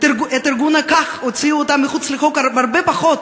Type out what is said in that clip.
את ארגון "כך" הוציאו מחוץ לחוק על הרבה פחות,